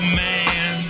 man